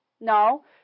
No